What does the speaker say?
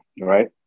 right